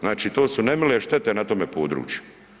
Znači, to su nemile štete na tome području.